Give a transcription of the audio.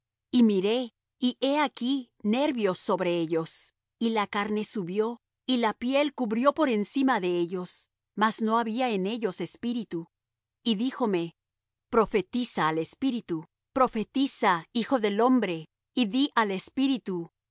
y miré y he aquí nervios sobre ellos y la carne subió y la piel cubrío por encima de ellos mas no había en ellos espíritu y díjome profetiza al espíritu profetiza hijo del hombre y di al espíritu